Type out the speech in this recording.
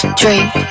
drink